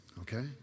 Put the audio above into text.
okay